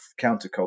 counterculture